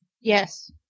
Yes